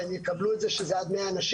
והם יקבלו את זה שזה עד 100 אנשים.